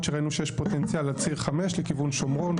שראינו שיש פוטנציאל על ציר 5 לכיוון שומרון,